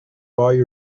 buy